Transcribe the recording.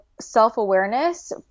self-awareness